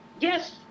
Yes